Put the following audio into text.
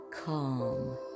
calm